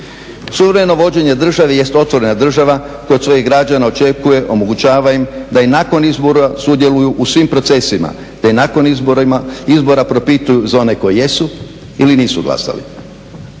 Suvremeno vođenje države jest otvorena država koja od svojih građana očekuje, omogućava im da i nakon izbora sudjeluju u svim procesima, da i nakon izbora propituju za one koji jesu ili nisu glasali.